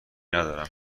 ندارم